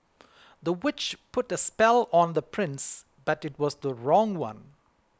the witch put a spell on the prince but it was the wrong one